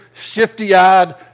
shifty-eyed